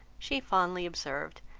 she fondly observed,